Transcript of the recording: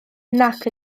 nac